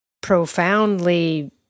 profoundly